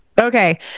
Okay